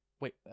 Wait